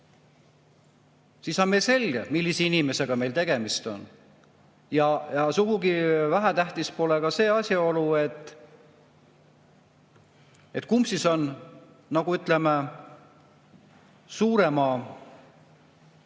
Siis on selge, millise inimesega meil tegemist on. Ja sugugi vähetähtis pole ka see asjaolu, kumb siis on nagu suurema